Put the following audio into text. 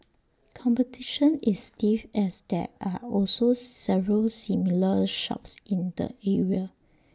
competition is stiff as there are also several similar shops in the area